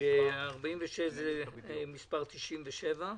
לעניין סעיף 46 זה מספר 97,